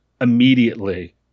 immediately